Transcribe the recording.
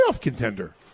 contender